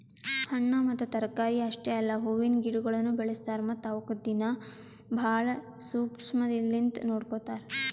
ಹಣ್ಣ ಮತ್ತ ತರಕಾರಿ ಅಷ್ಟೆ ಅಲ್ಲಾ ಹೂವಿನ ಗಿಡಗೊಳನು ಬೆಳಸ್ತಾರ್ ಮತ್ತ ಅವುಕ್ ದಿನ್ನಾ ಭಾಳ ಶುಕ್ಷ್ಮಲಿಂತ್ ನೋಡ್ಕೋತಾರ್